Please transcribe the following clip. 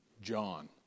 John